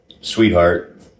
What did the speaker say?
sweetheart